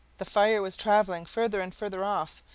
the fire was traveling farther and farther off.